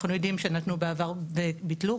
אנחנו יודעים שנתנו בעבר וביטלו.